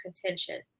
contention